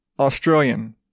Australian